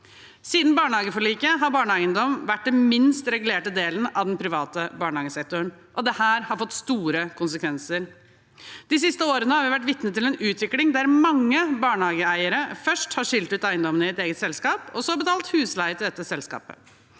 Siden barnehageforliket har barnehageeiendom vært den minst regulerte delen av den private barnehagesektoren, og det har fått store konsekvenser. De siste årene har vi vært vitne til en utvikling der mange barnehageeiere først har skilt ut eiendommen i et eget selskap og så betalt husleie til dette selskapet.